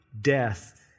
death